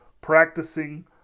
practicing